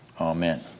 Amen